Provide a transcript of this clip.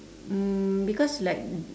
um because like